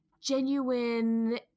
genuine